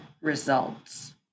results